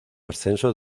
ascenso